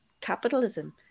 capitalism